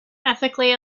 ethically